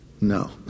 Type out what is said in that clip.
No